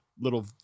little